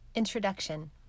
Introduction